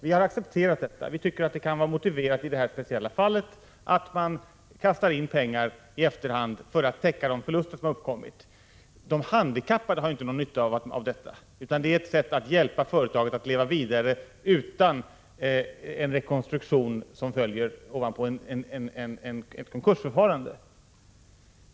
Vi har accepterat detta — vi tycker att det i det här speciella fallet kan vara motiverat att kasta in pengar i efterhand för att täcka de förluster som har uppkommit. De handikappade har ju inte någon nytta av det — det är ett sätt att hjälpa företaget att leva vidare utan en rekonstruktion som följer ovanpå ett konkursförfarande.